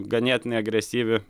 ganėtinai agresyvi